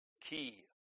key